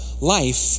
Life